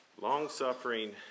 long-suffering